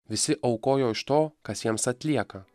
visi aukojo iš to kas jiems atlieka